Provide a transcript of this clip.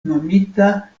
nomita